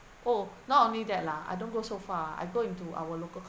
oh not only that lah I don't go so far I go into our local